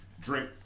Drink